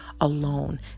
alone